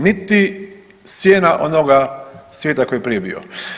Niti sjena onoga svijeta koji je prije bio.